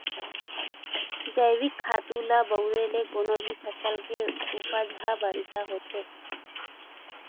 जइविक खातू ल बउरे ले कोनो भी फसल के उपज ह बड़िहा होथे